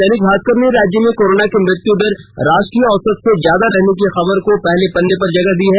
दैनिक भास्कर ने राज्य में कोरोना की मृत्यु दर राष्ट्रीय औसत से ज्यादा रहने की खबर को पहले पन्ने पर जगह दी है